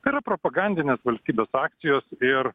tai yra propagandinės valstybės akcijos ir